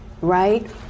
Right